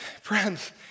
Friends